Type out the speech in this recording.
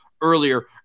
earlier